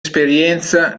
esperienza